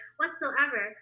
whatsoever